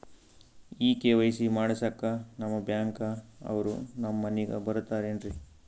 ಈ ಕೆ.ವೈ.ಸಿ ಮಾಡಸಕ್ಕ ನಿಮ ಬ್ಯಾಂಕ ಅವ್ರು ನಮ್ ಮನಿಗ ಬರತಾರೆನ್ರಿ?